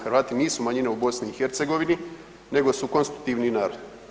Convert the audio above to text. Hrvati nisu manjina u BiH-u, nego su konstitutivni narod.